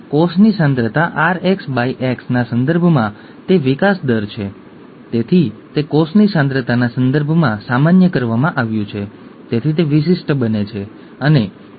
હસ્તક્ષેપ સાથે લોકો વધુ લાંબુ જીવે છે અને તે બે હજાર પાંચસો અમેરિકનોમાંથી એકને અસર કરે છે તે ખૂબ પ્રચલિત છે